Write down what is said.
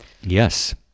Yes